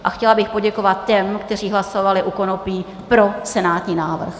A chtěla bych poděkovat těm, kteří hlasovali u konopí pro senátní návrh.